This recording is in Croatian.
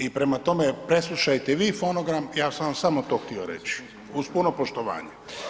I prema tome, preslušajte i vi fonogram, ja sam vam samo to htio reći, uz puno poštovanje.